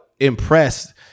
impressed